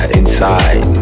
inside